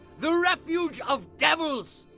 the refuge of devils,